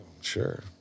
Sure